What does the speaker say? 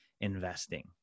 investing